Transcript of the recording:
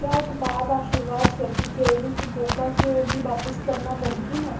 क्या उत्पाद आशीर्वाद स्वस्ति जैविक गोका घ्योऽ गी बापस करना मुमकन ऐ